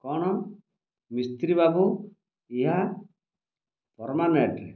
କ'ଣ ମିସ୍ତ୍ରୀ ବାବୁ ଏହା ପର୍ମାନେଣ୍ଟ୍ରେ